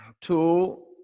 two